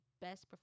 best